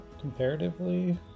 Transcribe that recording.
comparatively